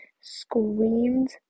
screamed